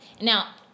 Now